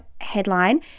headline